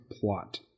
Plot